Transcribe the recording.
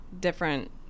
different